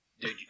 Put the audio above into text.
Dude